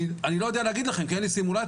אני לא יודע להגיד לכם כי אין לי סימולציה,